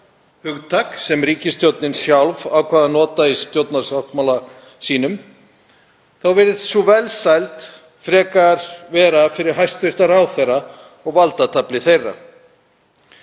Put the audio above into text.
hugtak sem ríkisstjórnin sjálf ákvað að nota í stjórnarsáttmála sínum, virðist sú velsæld frekar vera fyrir hæstv. ráðherra og valdatafl þeirra.